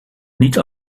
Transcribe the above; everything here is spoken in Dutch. niet